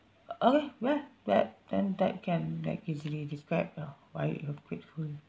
okay ya well then that can like easily describe lah why you're grateful